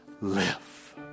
live